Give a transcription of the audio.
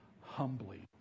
humbly